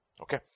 Okay